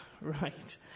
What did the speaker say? right